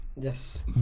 Yes